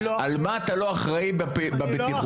על מה אתה לא אחראי בבטיחות?